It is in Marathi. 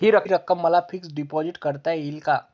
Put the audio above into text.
हि रक्कम मला फिक्स डिपॉझिट करता येईल का?